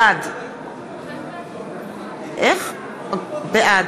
בעד